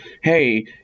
hey